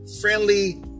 friendly